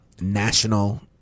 National